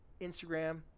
Instagram